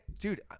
dude